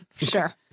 Sure